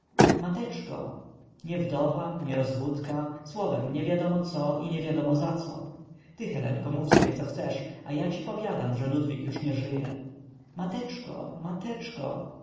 mateczko nie wdowa nie rozwódka słowem niewiadomo co i niewiadomo zaco ty helenko mów sobie co chcesz a ja ci powiadam że ludwik już nie żyje mateczko mateczko